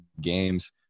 games